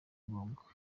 ngombwa